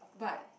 but